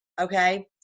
okay